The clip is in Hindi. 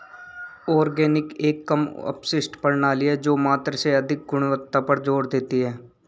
ऑर्गेनिक एक कम अपशिष्ट प्रणाली है जो मात्रा से अधिक गुणवत्ता पर जोर देती है